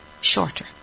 shorter